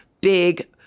big